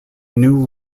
new